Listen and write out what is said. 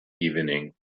evening